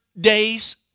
days